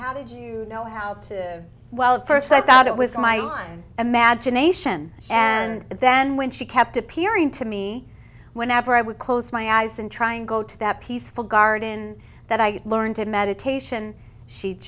how did you know how to well first i thought it was my son imagination and then when she kept appearing to me whenever i would close my eyes and try and go to that peaceful garden that i learned in meditation she'd